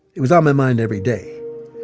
it was on my mind every day.